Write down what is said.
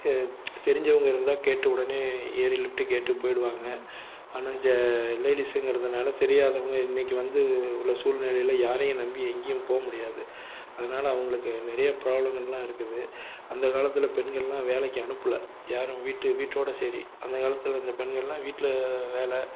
தெரிஞ்சவங்க இருந்தா கேட்டு உடனே ஏறி லிஃப்ட்டு கேட்டு போயிவிடுவாங்க ஆனால் ஜெ லேடீஸுங்கிறதுனால தெரியாதவங்க இன்னைக்கு வந்து உள்ள சூழ்நிலையில் யாரையும் நம்பி எங்கையும் போக முடியாது அதனால் அவங்களுக்கு நிறைய ப்ராப்லங்கள் எல்லாம் இருக்குது அந்த காலத்துல் பெண்கள் எல்லாம் வேலைக்கு அனுப்பலை யாரும் வீட்டு வீட்டோட சரி அந்த காலத்தில் இருந்த பெண்கள் எல்லாம் வீட்டில் வேலை